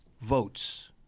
votes